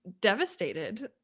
devastated